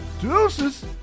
Deuces